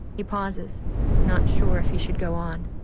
he pauses not sure if he should go on.